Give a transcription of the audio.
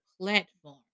platform